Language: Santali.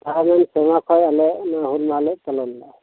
ᱪᱟᱞᱟᱣᱮᱱ ᱥᱮᱨᱢᱟ ᱠᱷᱚᱱ ᱟᱞᱮ ᱦᱩᱞ ᱢᱟᱦᱟ ᱞᱮ ᱯᱟᱞᱚᱱᱫᱟ